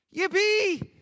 Yippee